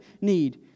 need